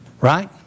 Right